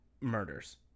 murders